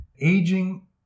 aging